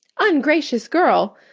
ungracious girl!